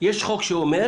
יש חוק שאומר